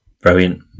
Brilliant